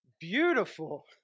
beautiful